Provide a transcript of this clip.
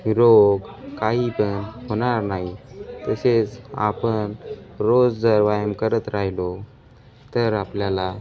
रोग काही पण होणार नाही तसेच आपण रोज जर व्यायाम करत राहिलो तर आपल्याला